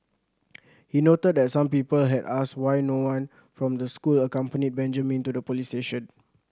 he noted that some people had asked why no one from the school accompanied Benjamin to the police station